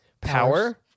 power